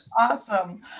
awesome